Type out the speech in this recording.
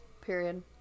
period